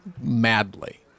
madly